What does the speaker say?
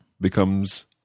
becomes